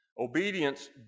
Obedience